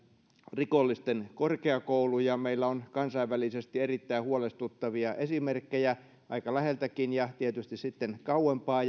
rikollisten korkeakoulu meillä on kansainvälisesti erittäin huolestuttavia esimerkkejä aika läheltäkin ja tietysti sitten kauempaa